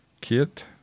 kit